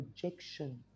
projection